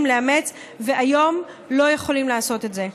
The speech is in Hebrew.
לאמץ והיום לא יכולים לעשות את זה.